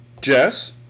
Jess